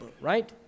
right